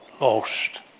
lost